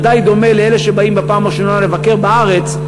זה די דומה לאלה שבאים בפעם הראשונה לבקר בארץ,